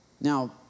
Now